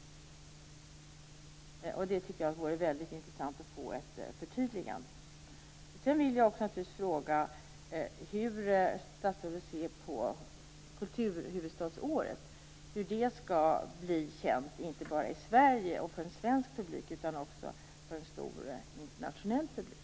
Det vore intressant att få ett förtydligande. Jag vill också fråga hur statsrådet ser på kulturhuvudstadsåret. Hur skall det bli känt utanför Sverige, för en stor internationell publik?